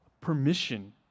permission